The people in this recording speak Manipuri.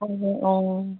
ꯍꯣꯏ ꯍꯣꯏ ꯑꯣ